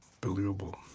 believable